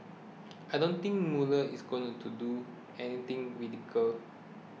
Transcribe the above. I don't think Mueller is gonna to do anything radical